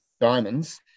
diamonds